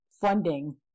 funding